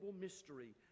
mystery